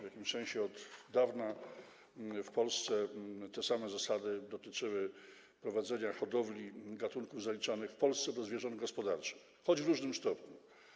W jakimś sensie od dawna w Polsce te same zasady dotyczyły prowadzenia hodowli gatunków zaliczanych w Polsce do zwierząt gospodarczych, choć w różnym stopniu.